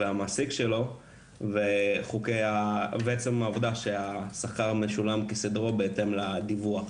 והמעסיק שלו ובעצם העובדה שהשכר משולם כסדרו בהתאם לדיווח.